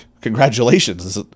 Congratulations